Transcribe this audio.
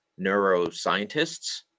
neuroscientists